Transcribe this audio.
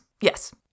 Yes